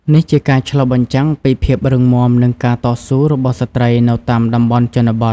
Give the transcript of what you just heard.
នេះជាការឆ្លុះបញ្ចាំងពីភាពរឹងមាំនិងការតស៊ូរបស់ស្ត្រីនៅតាមតំបន់ជនបទ។